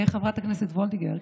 חברת הכנסת וולדיגר,